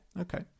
okay